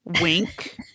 Wink